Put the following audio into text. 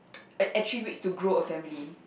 like attributes to grow a family